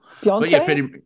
Beyonce